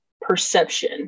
perception